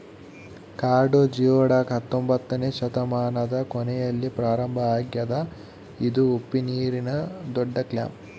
ಕಾಡು ಜಿಯೊಡಕ್ ಹತ್ತೊಂಬೊತ್ನೆ ಶತಮಾನದ ಕೊನೆಯಲ್ಲಿ ಪ್ರಾರಂಭ ಆಗ್ಯದ ಇದು ಉಪ್ಪುನೀರಿನ ದೊಡ್ಡಕ್ಲ್ಯಾಮ್